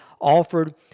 offered